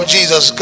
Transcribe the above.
Jesus